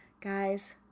Guys